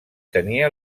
tenia